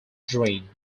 drain